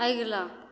अगिला